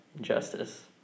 justice